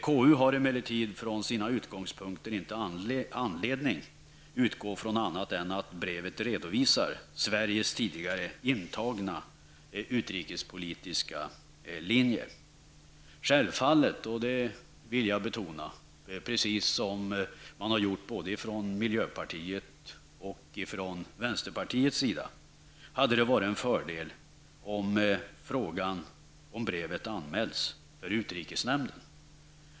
KU har emellertid från sina utgångspunkter inte anledning att utgå från annat än att brevet redovisar Sveriges tidigare intagna utrikespolitiska linje. Självfallet -- det vill jag betona precis som miljöpartiet och vänsterpartiet har gjort -- hade det varit en fördel om frågan om brevet anmälts för utrikesnämnden.